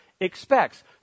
expects